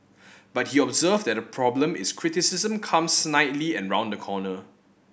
but he observed that the problem is criticism comes snidely and round the corner